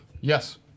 Yes